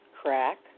crack